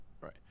Right